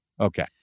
Okay